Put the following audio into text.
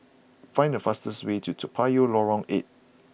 find the fastest way to Toa Payoh Lorong Eight